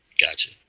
Gotcha